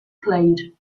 played